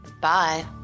Bye